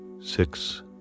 six